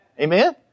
Amen